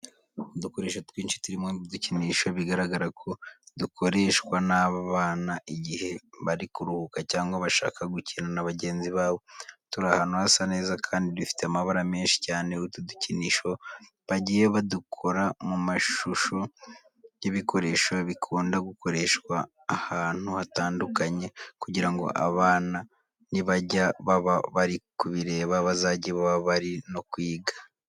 Udukorsho twinshi turimo n'udukinisho bigaragara ko dukoreshwa n'abana igihe bari kuruhuka cyangwa bashaka gukina na bagenzi babo, turi ahantu hasa neza kandi dufite amabara menshi cyane. Utu dukinisho bagiye badukora mu mashusho y'ibikoresho bikunda gukoreshwa ahantu hatandukanye kugira ngo abana nibajya baba bari kubireba bazajye baba bari no kwiga.